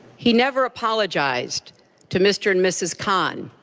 he never apologized to mr. and mrs. khan,